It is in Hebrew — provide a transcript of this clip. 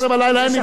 אין לי בעיה.